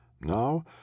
Now